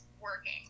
working